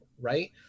Right